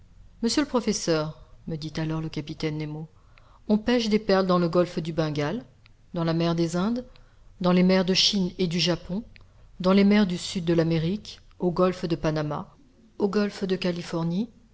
monsieur le professeur me dit alors le capitaine nemo on pêche des perles dans le golfe du bengale dans la mer des indes dans les mers de chine et du japon dans les mers du sud de l'amérique au golfe de panama au golfe de californie